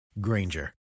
Granger